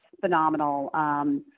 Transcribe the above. phenomenal